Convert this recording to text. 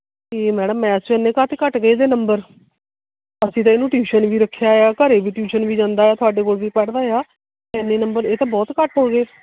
ਕੀ madam math 'ਚ ਇੰਨੇ ਕਾਹਤੋਂ ਘੱਟ ਗਏ ਇਹਦੇ ਨੰਬਰ ਅਸੀਂ ਤਾਂ ਇਹਨੂੰ ਟਿਊਸ਼ਨ ਵੀ ਰੱਖਿਆ ਆ ਘਰ ਵੀ ਟਿਊਸ਼ਨ ਵੀ ਜਾਂਦਾ ਤੁਹਾਡੇ ਕੋਲ ਵੀ ਪੜ੍ਹਦਾ ਆ ਇੰਨੇ ਨੰਬਰ ਇਹ ਤਾਂ ਬਹੁਤ ਘੱਟ ਹੋ ਗਏ